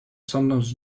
sometimes